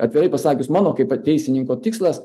atvirai pasakius mano kaip va teisininko tikslas